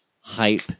hype